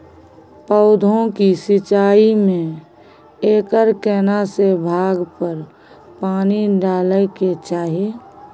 पौधों की सिंचाई में एकर केना से भाग पर पानी डालय के चाही?